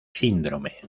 síndrome